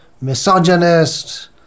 misogynist